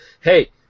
hey